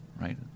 right